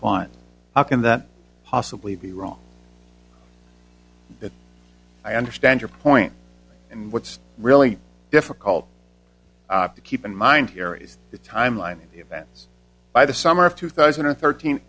client how can that possibly be wrong that i understand your point what's really difficult to keep in mind here is the timeline of events by the summer of two thousand and thirteen